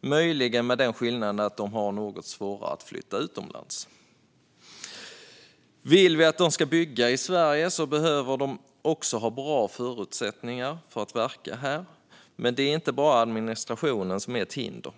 möjligen med den skillnaden att de har svårare att flytta utomlands. Vill vi att byggbolagen ska bygga i Sverige behöver de också ha bra förutsättningar att verka här. Men det är inte bara administrationen som är ett hinder.